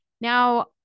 Now